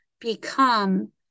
become